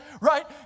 right